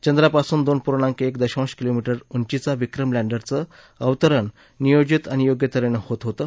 चंद्रापासून दोन पूर्णाक एक दशांश किलोमीटर उंचीचा विक्रम लँडरचं अवतरण नियोजीत आणि योग्य तऱ्हेनं होत होतं